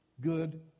good